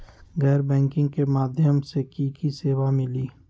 गैर बैंकिंग के माध्यम से की की सेवा मिली?